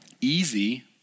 easy